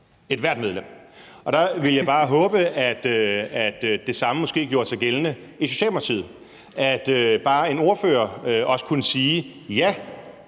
ethvert medlem! Og der havde jeg bare håbet, at det samme måske gjorde sig gældende i Socialdemokratiet, altså at bare en ordfører også kunne sige: Ja,